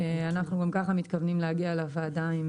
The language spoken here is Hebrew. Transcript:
אנחנו גם ככה מתכוונים להגיע לוועדה.